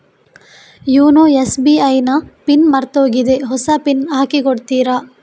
YONO SBI ನ PIN ಮರ್ತೋಗಿದೆ ಹೊಸ ಪಿನ್ ಹಾಕಿ ಕೊಡ್ತೀರಾ?